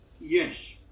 Yes